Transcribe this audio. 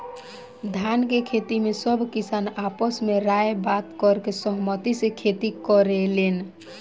धान के खेती में सब किसान आपस में राय बात करके सहमती से खेती करेलेन